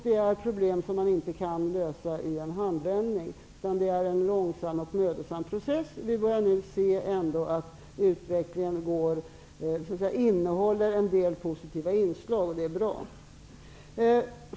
Detta är problem som man inte kan lösa i en handvändning, utan det är fråga om en långsam och mödosam process. Vi börjar nu se att utvecklingen innehåller en del positiva inslag, och det är bra.